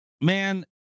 Man